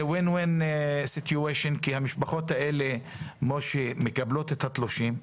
זה win-win situation כי המשפחות האלה כמו שמקבלות את התשלומים,